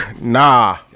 Nah